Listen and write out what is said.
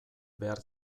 behar